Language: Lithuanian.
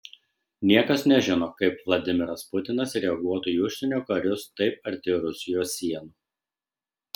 niekas nežino kaip vladimiras putinas reaguotų į užsienio karius taip arti rusijos sienos